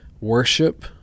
worship